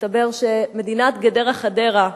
מסתבר שמדינת גדרה חדרה,